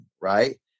right